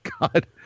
God